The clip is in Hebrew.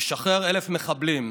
משחרר 1,000 מחבלים,